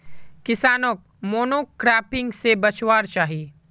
किसानोक मोनोक्रॉपिंग से बचवार चाही